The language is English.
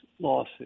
lawsuit